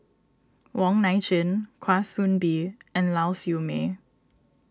Wong Nai Chin Kwa Soon Bee and Lau Siew Mei